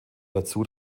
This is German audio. dazu